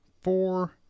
four